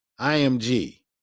IMG